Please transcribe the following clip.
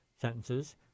sentences